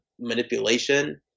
manipulation